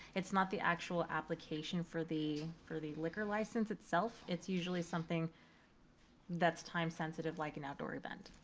it's not the actual application for the for the liquor license itself, it's usually something that's time sensitive like an outdoor event.